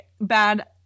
bad